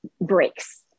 breaks